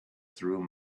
through